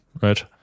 Right